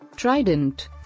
Trident